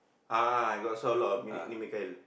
ah I got saw a lot of mi~ ini Mikail